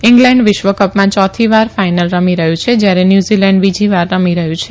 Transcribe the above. England વિશ્વકપમાં ચોથીવાર final રમી રહયું છે જયારે ન્યુઝીલેન્ડ બીજી વાર રમી રહયું છે